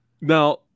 now